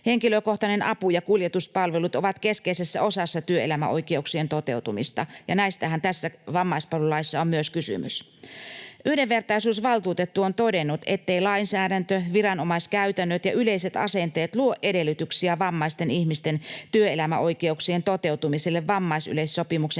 Henkilökohtainen apu ja kuljetuspalvelut ovat keskeisessä osassa työelämäoikeuksien toteutumista, ja näistähän tässä vammaispalvelulaissa myös on kysymys. Yhdenvertaisuusvaltuutettu on todennut, etteivät lainsäädäntö, viranomaiskäytännöt ja yleiset asenteet luo edellytyksiä vammaisten ihmisten työelämäoikeuksien toteutumiselle vammaisyleissopimuksen